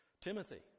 Timothy